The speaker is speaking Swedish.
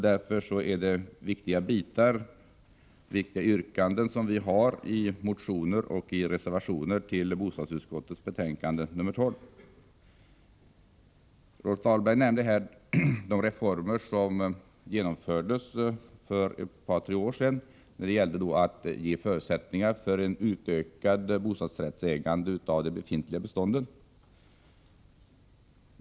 Därför är våra yrkanden i motioner och i reservationer som är fogade till bostadsutskottets betänkande 12 viktiga. Rolf Dahlberg nämnde de reformer som genomfördes för ett par tre år sedan när det gällde att skapa förutsättningar för ett utökat bostadsrättsägandei det befintliga beståndet.